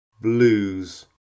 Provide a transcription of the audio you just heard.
blues